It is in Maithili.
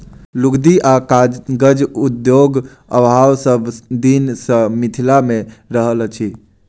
लुगदी आ कागज उद्योगक अभाव सभ दिन सॅ मिथिला मे रहल अछि